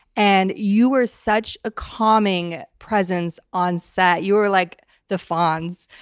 and you were such a calming presence on set. you were like the fonz.